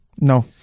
No